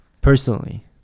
personally